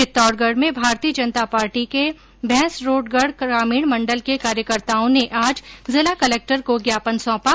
चित्तौडगढ़ में भारतीय जनता पार्टी के भैंसरोडगढ़ ग्रामीण मण्डल के कार्यकर्ताओं ने आज जिला कलेक्टर को ज्ञापन सौंपा